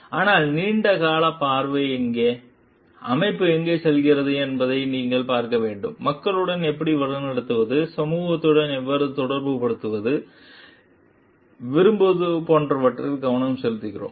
ஆனால் நீண்ட காலப் பார்வை எங்கே அமைப்பு எங்கு செல்கிறது என்பதை நீங்கள் பார்க்க வேண்டும் மக்களுடன் எப்படி வழிநடத்துவது சமூகத்துடன் எவ்வாறு தொடர்பை ஏற்படுத்துவது எப்படி விரும்புவது போன்றவற்றில் கவனம் செலுத்துகிறோம்